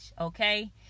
Okay